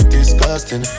Disgusting